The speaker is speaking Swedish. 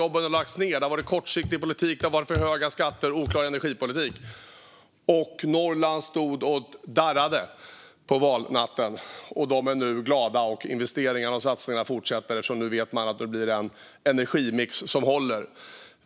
Jobben har lagts ned för att det har varit kortsiktig politik, för höga skatter och en för oklar energipolitik. Norrland stod och darrade på valnatten, och nu är man glad över att investeringarna och satsningarna fortsätter eftersom man nu vet att det blir en energimix som håller.